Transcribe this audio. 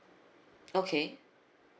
okay